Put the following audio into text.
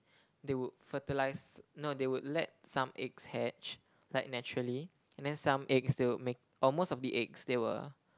they would fertilize no they would let some eggs hatch like naturally and then some eggs they would make or most of the eggs they will